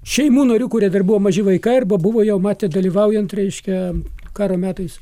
šeimų narių kurie dar buvo maži vaikai arba buvo jau matę dalyvaujant reiškia karo metais